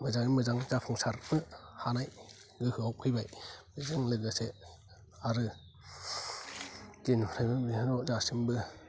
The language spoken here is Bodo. मोजाङै मोजां जाफुंसारनो हानाय गोहोआव फैबाय बेजों लोगोसे आरो जेनिफ्रायबो बिथिंआव दासिमबो